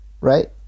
right